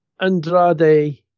Andrade